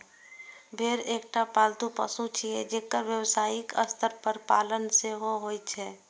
भेड़ एकटा पालतू पशु छियै, जेकर व्यावसायिक स्तर पर पालन सेहो होइ छै